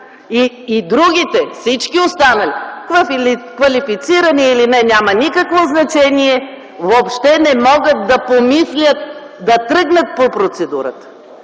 Другите, всички останали – квалифицирани или не, няма никакво значение, въобще не могат да помислят да тръгнат по процедурата.